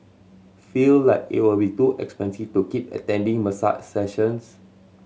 feel like it will be too expensive to keep attending massage sessions